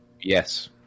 yes